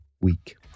week